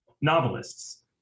novelists